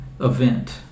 event